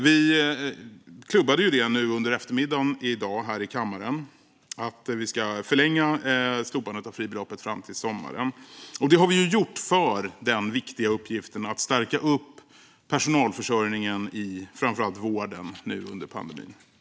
Vi klubbade i eftermiddags här i kammaren igenom att vi ska förlänga slopandet av fribeloppet fram till sommaren. Det har vi gjort för den viktiga uppgiften att förstärka personalförsörjningen i framför allt vården nu under pandemin.